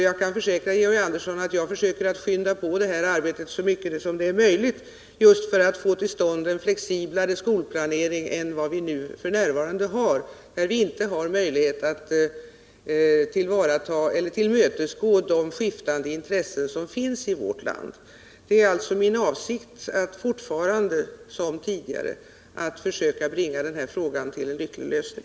Jag kan försäkra Georg Andersson att jag försöker att skynda på arbetet så mycket som det är möjligt just för att få till stånd en flexiblare skolplanering än vad vi har f. n. Vi har ju inte möjligheter att tillmötesgå de skiftande intressen som finns i vårt land. Det är alltså fortfarande min avsikt att bringa den här frågan till en lycklig lösning.